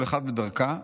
כל אחת בדרכה,